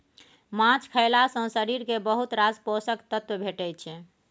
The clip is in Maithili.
माछ खएला सँ शरीर केँ बहुत रास पोषक तत्व भेटै छै